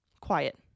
quiet